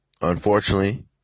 unfortunately